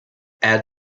add